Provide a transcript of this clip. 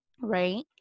right